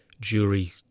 jury